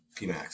PMAX